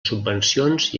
subvencions